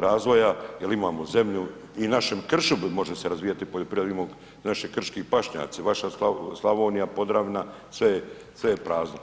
razvoja jer imamo zemlju i u našem kršu može se razvijati poljoprivreda jer vidimo naše krški pašnjaci, vaša Slavonija, Podravina, sve je prazno.